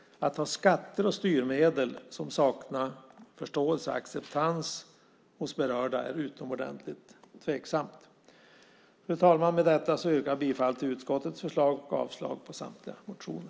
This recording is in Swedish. Att ha skatter och styrmedel som saknar förståelse och acceptans hos berörda är utomordentligt tveksamt. Fru talman! Med detta yrkar jag bifall till utskottets förslag och avslag på samtliga motioner.